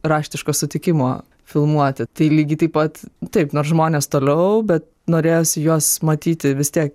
raštiško sutikimo filmuoti tai lygiai taip pat taip nors žmonės toliau bet norėjosi juos matyti vis tiek